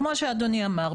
כמו שאדוני אמר,